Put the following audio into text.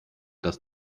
dass